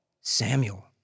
Samuel